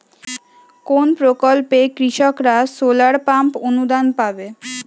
কোন প্রকল্পে কৃষকরা সোলার পাম্প অনুদান পাবে?